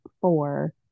four